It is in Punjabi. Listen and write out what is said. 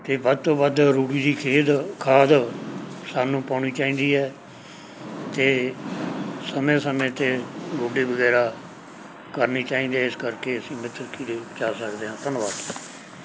ਅਤੇ ਵੱਧ ਤੋਂ ਵੱਧ ਰੂੜੀ ਦੀ ਖਾਦ ਖਾਦ ਸਾਨੂੰ ਪਾਉਣੀ ਚਾਹੀਦੀ ਹੈ ਅਤੇ ਸਮੇਂ ਸਮੇਂ 'ਤੇ ਗੋਡੀ ਵਗੈਰਾ ਕਰਨੀ ਚਾਹੀਦੀ ਇਸ ਕਰਕੇ ਅਸੀਂ ਮਿੱਤਰ ਕੀੜੇ ਬਚਾਅ ਸਕਦੇ ਹਾਂ ਧੰਨਵਾਦ